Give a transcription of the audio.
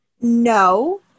No